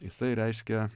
jisai reiškia